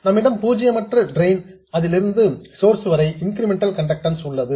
நம்மிடம் பூஜ்ஜியமற்ற ட்ரெயின் லிருந்து சோர்ஸ் வரை இன்கிரிமெண்டல் கண்டக்டன்ஸ் உள்ளது